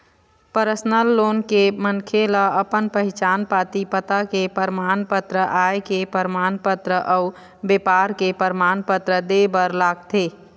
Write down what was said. personal loan ले बर मनखे ल अपन पहिचान पाती, पता के परमान पत्र, आय के परमान पत्र अउ बेपार के परमान पत्र दे बर लागथे